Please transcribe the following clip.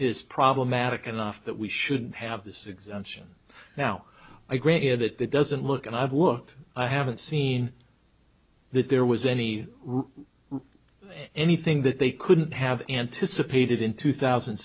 be problematic enough that we should have this exemption now i grant you that that doesn't look and i've worked i haven't seen that there was any anything that they couldn't have anticipated in two thousand